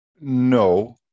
No